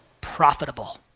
profitable